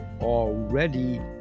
already